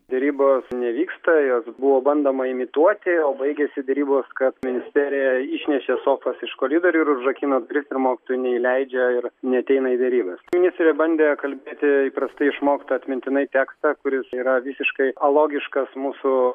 derybos nevyksta jas buvo bandoma imituoti o baigėsi derybos kad ministerija išnešė sofas iš koridorių ir užrakino duris ir mokytojų neįleidžia ir neateina į derybas ministrė bandė kalbėti įprastai išmoktą atmintinai tekstą kuris yra visiškai alogiškas mūsų